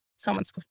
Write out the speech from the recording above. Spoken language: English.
someone's